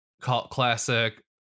classic